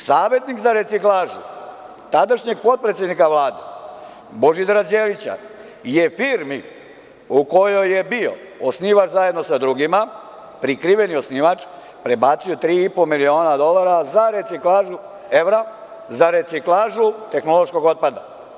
Savetnik za reciklažu tadašnjeg potpredsednika Vlade Božidara Đelića je firmi u kojoj je bio osnivač zajedno sa drugima, prikriveni osnivač, prebacio 3,5 miliona evra za reciklažu tehnološkog otpada.